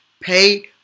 pay